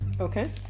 Okay